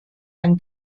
ein